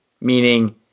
meaning